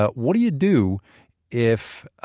ah what do you do if